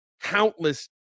countless